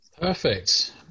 Perfect